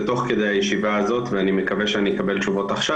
תוך כדי הישיבה הזאת ואני מקווה שאני אקבל תשובות עכשיו.